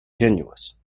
tenuous